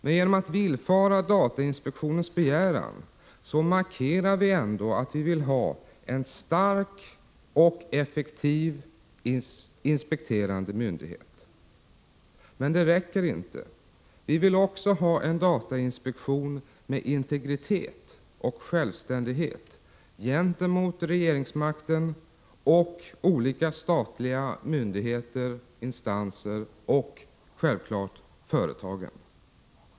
Men genom att villfara datainspektionens begäran markerar vi ändå att vi vill ha en stark och effektiv inspekterande myndighet. Men det räcker inte. Vi vill också ha en datainspektion med integritet och självständighet gentemot regeringsmakten, olika statliga myndigheter och instanser samt — självfallet — företagen.